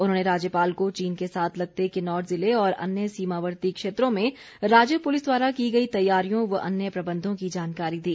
उन्होंने राज्यपाल को चीन के साथ लगते किन्नौर जिले और अन्य सीमावर्ती क्षेत्रों में राज्य पुलिस द्वारा की गई तैयारियों व अन्य प्रबंधों की जानकारी दी